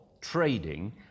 trading